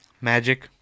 Magic